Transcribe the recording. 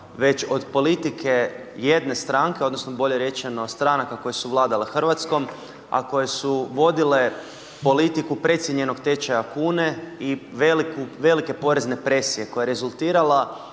već od politike jedne stranke, odnosno bolje rečeno stranaka koje su vladale Hrvatskom, a koje su vodile politiku precijenjenog tečaja kune i veliku, velike poreze presije koja je rezultirala